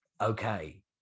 Okay